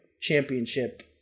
championship